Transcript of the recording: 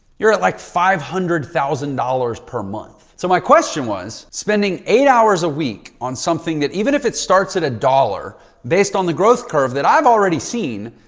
you're at like five hundred thousand dollars per month. so my question was spending eight hours a week on something that even if it starts at a dollar based on the growth curve that i've already seen,